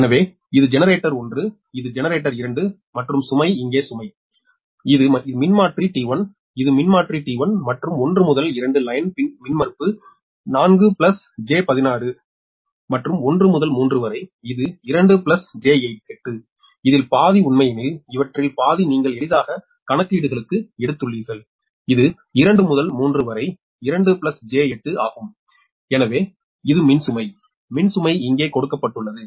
எனவே இது ஜெனரேட்டர் 1 இது ஜெனரேட்டர் 2 மற்றும் சுமை இங்கே சுமை இது மின்மாற்றி T1 இது மின்மாற்றி T1 மற்றும் 1 முதல் 2 லைன் மின்மறுப்பு 4 j16 is மற்றும் 1 முதல் 3 வரை இது 2 j8 இதில் பாதி உண்மையில் இவற்றில் பாதி நீங்கள் எளிதாக கணக்கீடுகளுக்கு எடுத்துள்ளீர்கள் இது 2 முதல் 3 வரை 2 j8Ω ஆகும் இது மின்சுமை மின்சுமை இங்கே கொடுக்கப்பட்டுள்ளது